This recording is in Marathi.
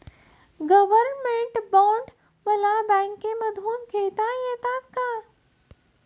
गव्हर्नमेंट बॉण्ड मला बँकेमधून घेता येतात का?